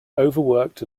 overworked